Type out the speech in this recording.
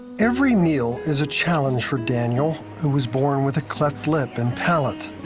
every meal is a challenge for daniel, who was born with a cleft lip and pallet.